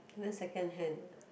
that one second hand uh